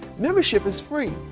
membership is free.